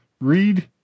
read